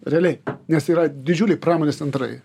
realiai nes yra didžiuliai pramonės centrai